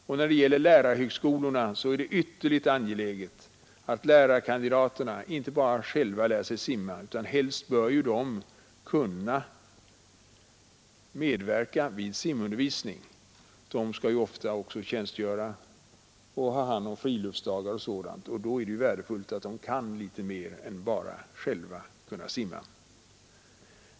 Och när det gäller lärarhögskolorna är det ytterligt angeläget att lärarkandidaterna inte bara själva lär sig simma, utan helst bör de utbildas till att kunna medverka vid simundervisning. De skall ju ofta ha hand om friluftsdagar m.m., och då är det ju värdefullt med en gedigen simkunnighet.